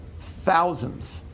thousands